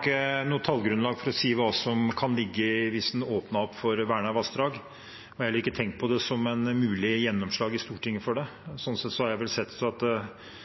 ikke noe tallgrunnlag for å si hva som kan ligge der hvis en åpnet opp for vernede vassdrag, og jeg har heller ikke tenkt på det som et mulig gjennomslag i Stortinget. Jeg har vel sett at det er lite sannsynlig at